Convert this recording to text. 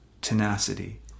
tenacity